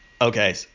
okay